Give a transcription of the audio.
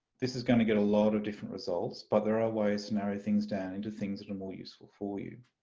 this is going to get a lot of different results but there are ways to narrow things down into things that are more useful for you.